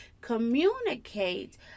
communicate